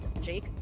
Jake